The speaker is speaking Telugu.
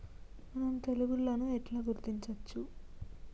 మనం తెగుళ్లను ఎట్లా గుర్తించచ్చు?